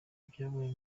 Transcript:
byabaye